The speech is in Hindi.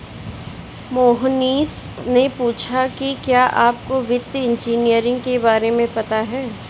मोहनीश ने पूछा कि क्या आपको वित्तीय इंजीनियरिंग के बारे में पता है?